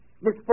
Miss